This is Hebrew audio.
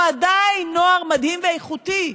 הוא עדיין נוער מדהים ואיכותי.